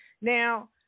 Now